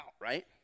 right